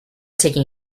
taking